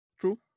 True